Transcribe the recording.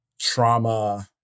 trauma